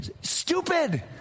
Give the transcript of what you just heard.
stupid